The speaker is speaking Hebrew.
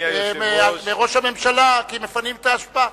ומראש הממשלה, כי מפנים את האשפה.